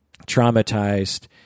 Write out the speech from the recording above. traumatized